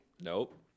Nope